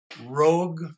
Rogue